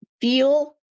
feel